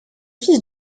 fils